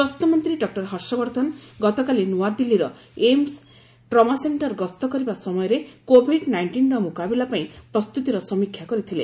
ସ୍ୱାସ୍ଥ୍ୟମନ୍ତ୍ରୀ ଡକ୍ଟର ହର୍ଷବର୍ଦ୍ଧନ ଗତକାଲି ନୁଆଦିଲ୍ଲୀର ଏମ୍ସ ଟ୍ରମାସେଣ୍ଟର ଗସ୍ତକରିବା ସମୟରେ କୋଭିଡ ନାଇଷ୍ଟିନ୍ର ମ୍ରକାବିଲା ପାଇଁ ପ୍ରସ୍ତ୍ରତିର ସମୀକ୍ଷା କରିଥିଲେ